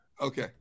Okay